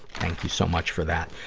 thank you so much for that.